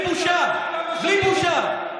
בלי בושה, בלי בושה.